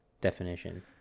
definition